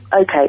okay